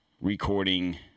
recording